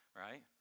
right